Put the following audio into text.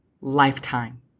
lifetime